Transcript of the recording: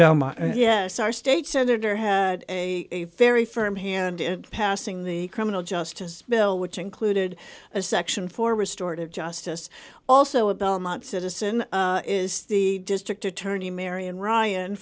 belmont yeah so our state senator had a very firm hand in passing the criminal justice bill which included a section for restorative justice also a belmont citizen is the district attorney marian ryan